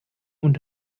und